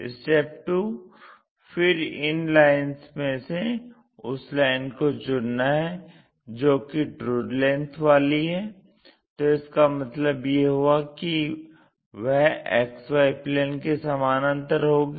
2 फिर इन लाइन्स में से उस लाइन को चुनना है जो कि ट्रू लेंथ वाली है तो इसका मतलब यह हुआ कि वह XY प्लेन के समानान्तर होगी